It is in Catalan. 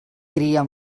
tria